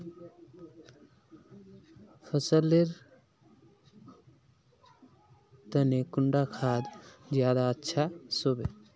फसल लेर तने कुंडा खाद ज्यादा अच्छा सोबे?